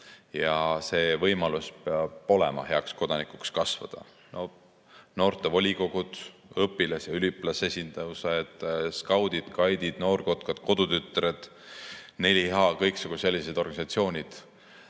See võimalus peab olema, heaks kodanikuks kasvada. Noortevolikogud, õpilas- ja üliõpilasesindused, skaudid, gaidid, Noored Kotkad, Kodutütred, 4H – kõiksugu sellised organisatsioonid.